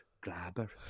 Grabber